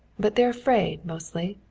but they're afraid, mostly.